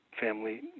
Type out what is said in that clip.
family